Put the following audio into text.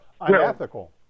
unethical